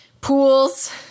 pools